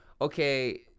okay